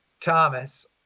Thomas